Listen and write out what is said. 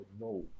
no